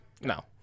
no